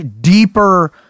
deeper